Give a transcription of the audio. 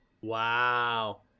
Wow